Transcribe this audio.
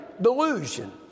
delusion